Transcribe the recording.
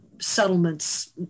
settlements